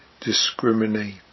discriminate